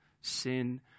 sin